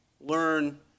learn